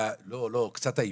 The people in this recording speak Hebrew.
האיפוק.